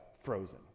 frozen